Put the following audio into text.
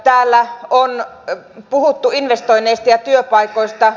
täällä on puhuttu investoinneista ja työpaikoista